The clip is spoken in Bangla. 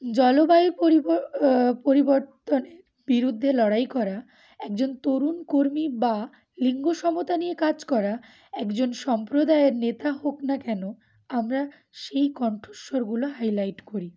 জলবায়ু পরিব পরিবর্তনের বিরুদ্ধে লড়াই করা একজন তরুণ কর্মী বা লিঙ্গ সমতা নিয়ে কাজ করা একজন সম্প্রদায়ের নেতা হোক না কেন আমরা সেই কণ্ঠস্বরগুলো হাইলাইট করি